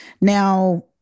Now